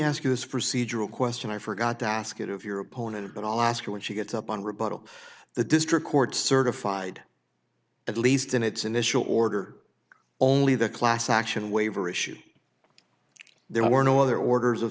ask you this procedural question i forgot to ask it of your opponent but i'll ask her when she gets up on rebuttal the district court certified at least in its initial order only the class action waiver issue there were no other orders of